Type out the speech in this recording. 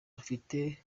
rufite